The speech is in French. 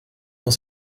dans